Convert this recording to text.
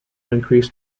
increase